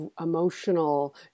emotional